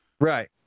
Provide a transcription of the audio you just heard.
Right